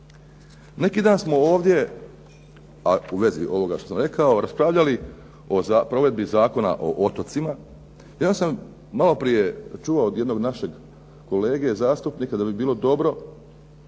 Neki dan smo ovdje a u vezi ovoga što sam rekao, raspravljali o provedbi Zakona o otocima, ja sam malo prije čuo od jednog našeg kolege zastupnika da bi bilo dobro